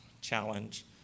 challenge